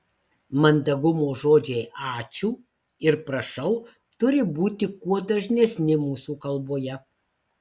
mandagumo žodžiai ačiū ir prašau turi būti kuo dažnesni mūsų kalboje